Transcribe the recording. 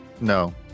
No